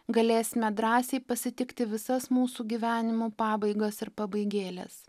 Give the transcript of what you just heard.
galėsime drąsiai pasitikti visas mūsų gyvenimo pabaigas ir pabaigėles